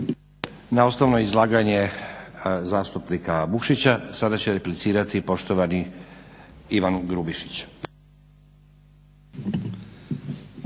Na osnovno izlaganje zastupnika Vukšića sada će replicirati poštovani Ivan Grubišić.